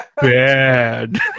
bad